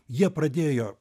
jie pradėjo